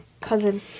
cousin